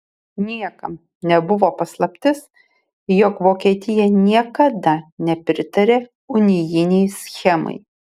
niekam nebuvo paslaptis jog vokietija niekada nepritarė unijinei schemai